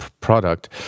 product